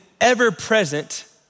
ever-present